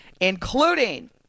including